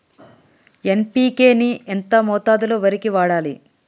NPK ని ఎంత మోతాదులో వరికి వాడాలి?